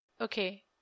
Okay